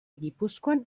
gipuzkoan